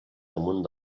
damunt